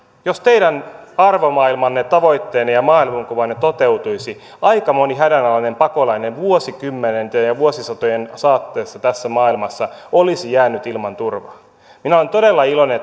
jos teidän arvomaailmanne tavoitteenne ja maailmankuvanne toteutuisi aika moni hädänalainen pakolainen vuosikymmenten ja vuosisatojen saatteessa tässä maailmassa olisi jäänyt ilman turvaa minä olen todella iloinen